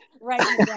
right